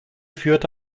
führte